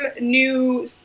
new